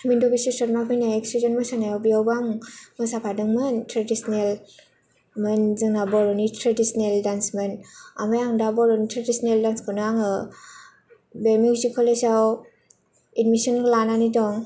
हेमेन्त विश्सरमा फैनायाव एकसजन मोसानायाव बेयावबो आं मोसाफादोंमोन ट्रेडिशनेलमोन जोंनाबो जोंना बर'नि ट्रेडिसनेल दान्समोन ओमफ्राय आं दा बर'नि ट्रेडिसनेलखौनो आङो बे मिउजिक कलेजाव एडमिसन लानानै दं